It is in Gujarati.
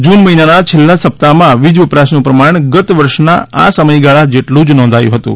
જૂન મહિનાના છેલ્લા સપ્તાહમાં વીજવપરાશનું પ્રમાણ ગત વર્ષના આ સમયગાળા જેટલું જ નોંધાયું હતું